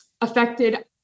affected